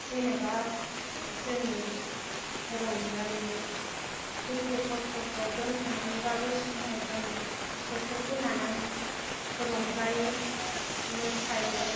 जेनोबा जों रंजानाया दुखु खस्थ'खौ दोनथ'नानैबाबो समाव जों बोथोरखौ लानानै रंजायो मोसायो